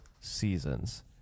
Seasons